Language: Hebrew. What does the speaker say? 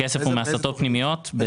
הכסף הוא מהסטות פנימיות.